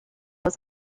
was